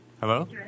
Hello